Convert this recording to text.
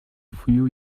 few